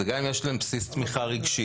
זה גם אם יש להם בסיס תמיכה רגשית.